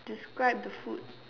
describe the food